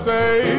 say